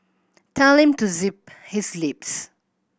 tell him to zip his lips